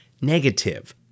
negative